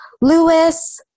Lewis